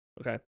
Okay